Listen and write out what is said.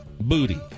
Booty